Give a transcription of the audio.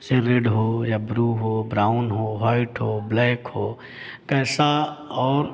जैसे रेड हो या ब्लू हो ब्राउन हो व्हाइट हो ब्लैक हो कैसा और